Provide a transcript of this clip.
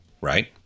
Right